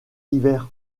d’hiver